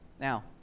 Now